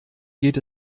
geht